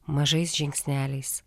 mažais žingsneliais